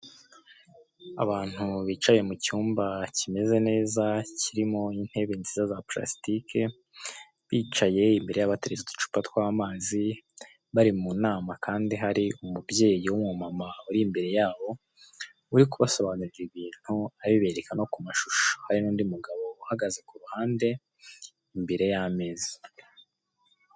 Abantu bicaye mu cyumba kimeze neza kirimo intebe nziza za pulasitike, bicaye imbere yabo hateretse uducupa tw'amazi, bari mu nama kandi hari umubyeyi w'umu mama uri imbere yabo urikubasobanurira ibintu, abibereka no mu mashusho, hari n'undi mugabo uhagaze ku ruhande imbere y'ameza.